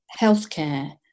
healthcare